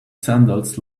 sandals